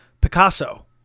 Picasso